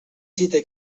gite